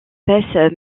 espèce